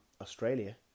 Australia